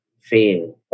fail